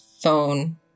phone